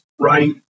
right